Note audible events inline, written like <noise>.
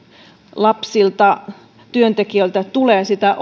lapsilta työntekijöiltä tulee sitä <unintelligible>